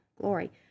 Glory